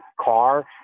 car